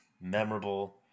Memorable